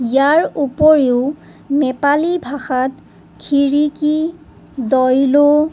ইয়াৰ উপৰিও নেপালী ভাষাত খিৰিকী দয়ল'